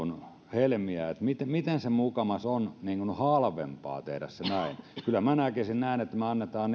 helmiä miten miten se mukamas on halvempaa tehdä se näin kyllä minä näkisin niin että me annamme